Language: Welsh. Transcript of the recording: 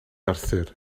arthur